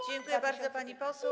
Dziękuję bardzo, pani poseł.